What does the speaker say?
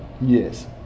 Yes